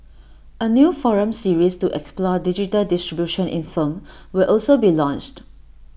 A new forum series to explore digital distribution in film will also be launched